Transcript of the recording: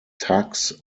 tacks